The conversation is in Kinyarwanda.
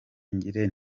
ngira